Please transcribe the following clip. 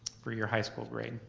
for your high school grade.